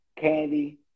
Candy